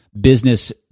Business